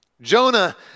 Jonah